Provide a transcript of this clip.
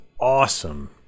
awesome